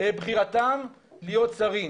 בחירתם להיות שרים?